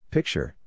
Picture